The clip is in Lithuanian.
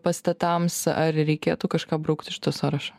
pastatams ar reikėtų kažką braukt iš tų sąrašų